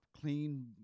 clean